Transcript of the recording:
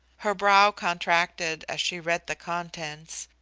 her brow contracted as she read the contents,